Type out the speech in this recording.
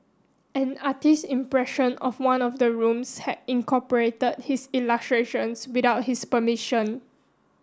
an artist impression of one of the rooms had incorporated his illustrations without his permission